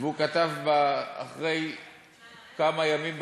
והוא כתב אחרי כמה ימים,